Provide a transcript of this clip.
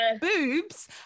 boobs